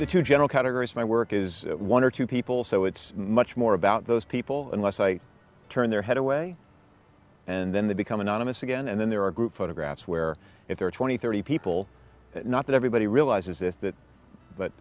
the two general categories my work is one or two people so it's much more about those people unless i turn their head away and then they become anonymous again and then there are group photographs where if there are twenty thirty people not that everybody realizes that but